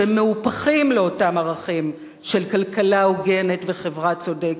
שהם מהופכים לאותם ערכים של כלכלה הוגנת וחברה צודקת,